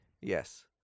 Yes